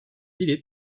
biri